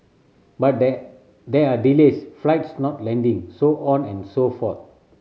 but there there are delays flights not landing so on and so forth